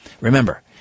Remember